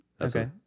okay